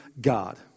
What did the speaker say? God